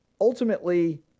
Ultimately